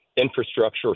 infrastructure